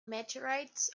meteorites